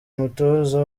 umutoza